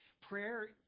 Prayer